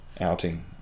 outing